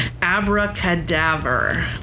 abracadaver